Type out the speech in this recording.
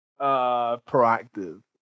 proactive